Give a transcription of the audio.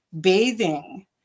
bathing